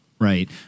right